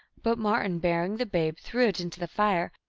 but martin, bearing the babe, threw it into the fire,